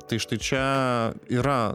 tai štai čia yra